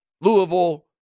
Louisville